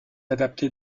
adapté